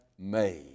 made